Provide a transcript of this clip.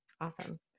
Awesome